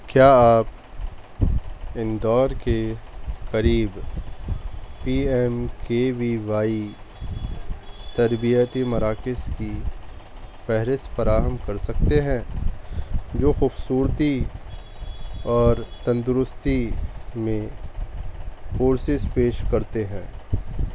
کیا آپ اندور کے قریب P M K V Y تربیتی مراکز کی فہرست فراہم کر سکتے ہیں جو خوبصورتی اور تندرستی میں کورسز پیش کرتے ہیں